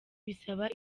bisaba